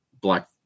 black